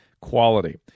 quality